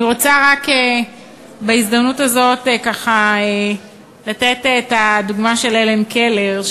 אני רוצה רק בהזדמנות הזאת ככה לתת את הדוגמה של הלן קלר,